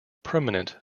permanent